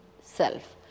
self